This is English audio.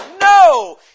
No